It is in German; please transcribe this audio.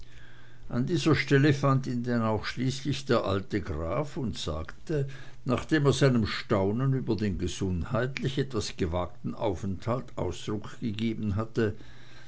an dieser stelle fand ihn denn auch schließlich der alte graf und sagte nachdem er seinem staunen über den gesundheitlich etwas gewagten aufenthalt ausdruck gegeben hatte